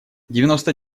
девяносто